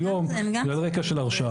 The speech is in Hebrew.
זה על רקע של הרשאה.